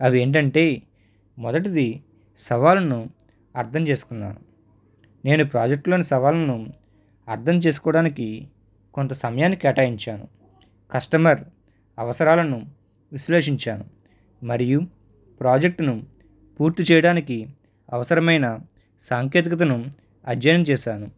అవి ఏంటి అంటే మొదటిది సవాలును అర్థం చేసుకున్నాను నేను ప్రాజెక్ట్లోని సవాలును అర్థం చేసుకోవడానికి కొంత సమయాన్ని కేటాయించాను కస్టమర్ అవసరాలను విశ్లేషించాను మరియు ప్రాజెక్ట్ను పూర్తి చేయడానికి అవసరమైన సాంకేతికతను అధ్యయనం చేసాను